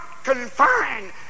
confined